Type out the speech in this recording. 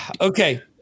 Okay